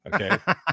Okay